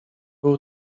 był